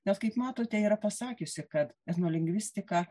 net kaip matote yra pasakiusi kad etnolingvistika